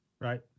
Right